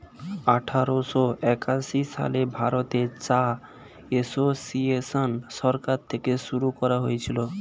আঠারোশো একাশি সালে ভারতে চা এসোসিয়েসন সরকার থেকে শুরু করা হয়েছিল